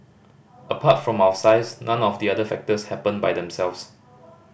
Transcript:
apart from our size none of the other factors happened by themselves